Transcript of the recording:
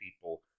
people